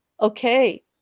okay